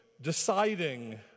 deciding